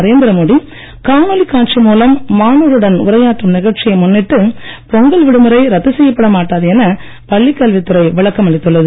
நரேந்திரமோடி காணொளி காட்சி மூலம் மாணவர்களுடன் உரையாற்றும் நிகழ்ச்சியை முன்னிட்டு பொங்கள் விடுமுறை ரத்து செய்யப்படமாட்டாது என பள்ளிக்கல்வித்துறை விளக்கம் அளித்துள்ளது